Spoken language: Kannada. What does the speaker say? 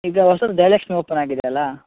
ಈಗ ಹೊಸತು ಜಯಲಕ್ಷ್ಮೀ ಓಪನ್ ಆಗಿದೆ ಅಲ್ಲ